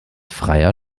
freier